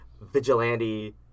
vigilante